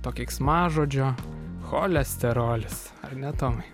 to keiksmažodžio cholesterolis ar ne tomai